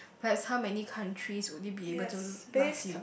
plus how many countries would it be able to last you